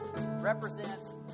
represents